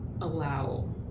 allow